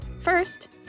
First